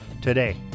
today